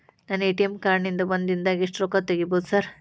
ನನ್ನ ATM card ನಿಂದಾ ಒಂದ್ ದಿಂದಾಗ ಎಷ್ಟ ರೊಕ್ಕಾ ತೆಗಿಬೋದು ಸಾರ್?